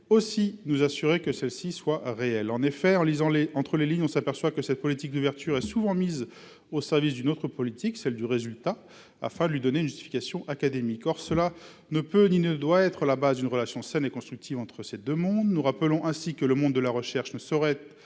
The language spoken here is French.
aussi nous assurer de la réalité de cette intention. En effet, en lisant entre les lignes, on s'aperçoit que cette politique d'ouverture est souvent mise au service d'une autre politique, celle du résultat, la première étant censée donner à la seconde une justification académique. Or cela ne peut ni ne doit être la base d'une relation saine et constructive entre ces deux mondes. Nous rappelons ainsi que le monde de la recherche ne saurait être